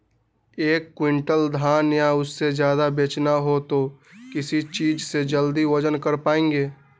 एक क्विंटल धान या उससे ज्यादा बेचना हो तो किस चीज से जल्दी वजन कर पायेंगे?